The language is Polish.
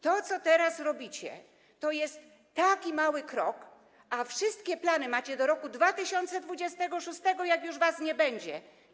To co teraz robicie, to jest taki mały krok, a wszystkie plany macie do roku 2026, jak już was nie będzie.